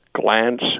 glance